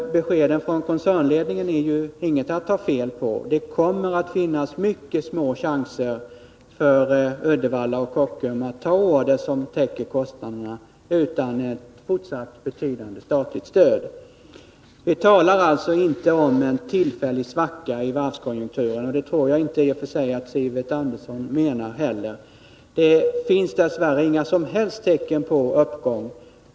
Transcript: Beskeden från koncernledningen är inte att ta fel på. Det kommer att finnas mycket små chanser för Uddevalla och Kockums att ta order som täcker kostnaderna utan ett fortsatt betydande statligt stöd. Vi talar alltså inte om en tillfällig svacka i varvskonjunkturen, och jag tror inte heller att Sivert Andersson tänker på en sådan. Dess värre finns det inga som helst tecken på uppgång.